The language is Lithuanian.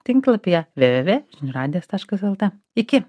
tinklapyje vėvėvė žinių radijas taškas lt iki